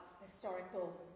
historical